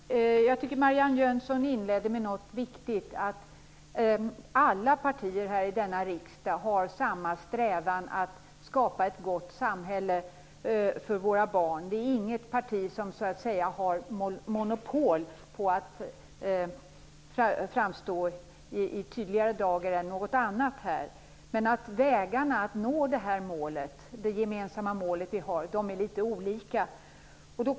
Fru talman! Jag tycker att Marianne Jönsson inledde med någonting viktigt - att alla partier i denna riksdag har samma strävan att skapa ett gott samhälle för våra barn. Inget parti har så att säga monopol på detta, och framstår i tydligare dager än något annat. Men vägarna att nå detta gemensamma mål är litet olika.